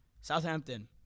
Southampton